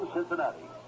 Cincinnati